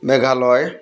Meghalaya